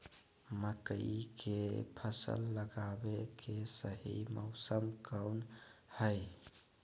मकई के फसल लगावे के सही मौसम कौन हाय?